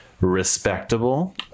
respectable